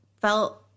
felt